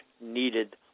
needed